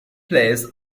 placed